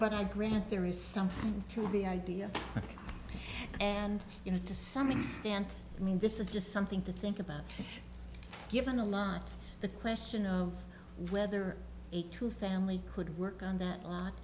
but i grant there is something to the idea and you know to some extent i mean this is just something to think about given a lot the question of whether a true family could work on that lot